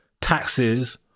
taxes